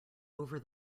over